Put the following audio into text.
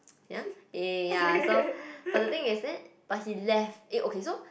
ya eh ya so but the thing is then but he left eh okay so